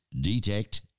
detect